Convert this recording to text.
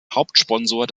hauptsponsor